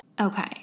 Okay